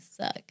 suck